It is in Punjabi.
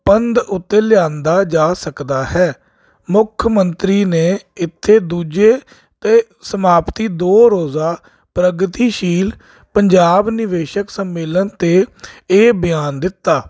ਪੰਧ ਉੱਤੇ ਲਿਆਂਦਾ ਜਾ ਸਕਦਾ ਹੈ ਮੁੱਖ ਮੰਤਰੀ ਨੇ ਇੱਥੇ ਦੂਜੇ ਅਤੇ ਸਮਾਪਤੀ ਦੋ ਰੋਜ਼ਾ ਪ੍ਰਗਤੀਸ਼ੀਲ ਪੰਜਾਬ ਨਿਵੇਸ਼ਕ ਸੰਮੇਲਨ 'ਤੇ ਇਹ ਬਿਆਨ ਦਿੱਤਾ